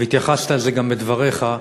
והתייחסת לזה גם בדבריך,